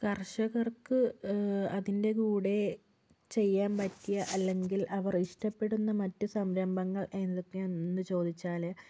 കർഷകർക്ക് അതിൻ്റെ കൂടെ ചെയ്യാൻ പറ്റിയ അല്ലെങ്കിൽ അവർ ഇഷ്ടപ്പെടുന്ന മറ്റ് സംരംഭങ്ങൾ എന്തൊക്കെയാണെന്ന് ചോദിച്ചാൽ